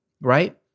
right